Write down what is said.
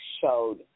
showed